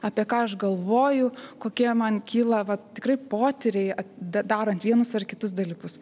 apie ką aš galvoju kokie man kyla vat tikrai potyriai at darant vienus ar kitus dalykus